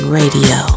radio